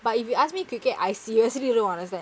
but if you ask me cricket I seriously don't understand